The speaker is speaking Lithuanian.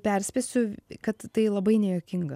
perspėsiu kad tai labai nejuokinga